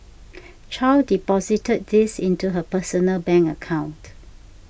Chow deposited these into her personal bank account